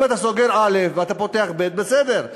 אם אתה סוגר א' ואתה פותח ב', אז בסדר.